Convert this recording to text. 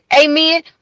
amen